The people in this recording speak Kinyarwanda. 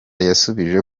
yasubije